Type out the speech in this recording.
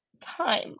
time